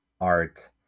art